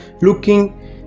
looking